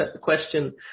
question